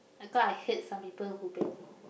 cause I heard some people who been